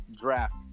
draft